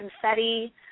confetti